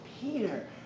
Peter